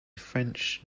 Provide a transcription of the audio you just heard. french